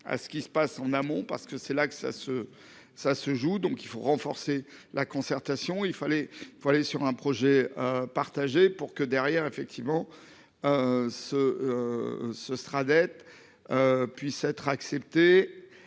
à ce qui se passe en amont parce que c'est là que ça se, ça se joue donc il faut renforcer la concertation il fallait, il faut aller sur un projet partagé pour que derrière effectivement. Ce. Ce sera, dette. Puisse être accepté